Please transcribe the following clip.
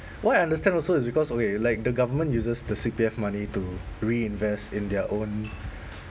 what I understand also is because okay like the government uses the C_P_F money to reinvest in their own